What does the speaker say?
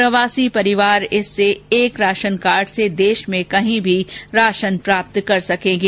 प्रवासी परिवार इससे एक राशनकार्ड से देश में कहीं भी राशन प्राप्त कर सकेंगे